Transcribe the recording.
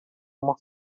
uma